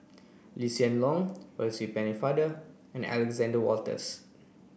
Lee Hsien Loong Percy Pennefather and Alexander Wolters